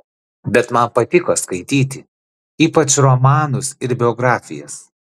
bet man patiko skaityti ypač romanus ir biografijas